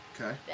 Okay